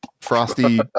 frosty